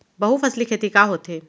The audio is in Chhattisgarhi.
बहुफसली खेती का होथे?